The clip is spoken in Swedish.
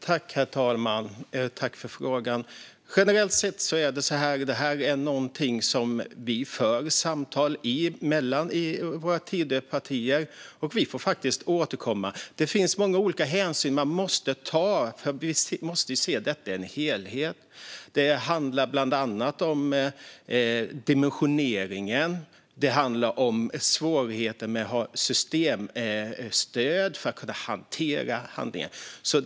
Herr talman! Tack, ledamoten, för frågan! Generellt sett är detta något vi för samtal om mellan Tidöpartierna, och vi får återkomma. Det finns många olika hänsyn som måste tas, för vi måste se detta som en helhet. Det handlar bland annat om dimensioneringen och svårigheten med att ha systemstöd för att kunna hantera handlingar.